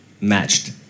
matched